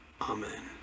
Amen